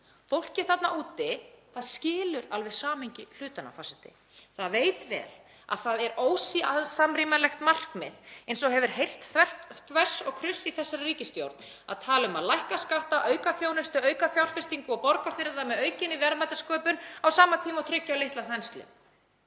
Fólkið þarna úti skilur alveg samhengi hlutanna, forseti. Það veit vel að það er ósamrýmanlegt markmið, eins og hefur heyrst þvers og kruss í þessari ríkisstjórn, að tala um að lækka skatta, auka þjónustu, auka fjárfestingu og borga fyrir það með aukinni verðmætasköpun á sama tíma og það á að tryggja litla þenslu.